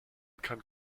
kann